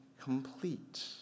complete